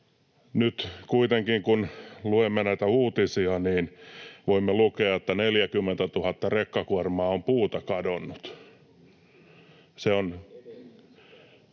Nyt kuitenkin, kun luemme uutisia, voimme lukea, että 40 000 rekkakuormaa on puuta kadonnut. Se on